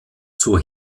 zur